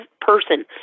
person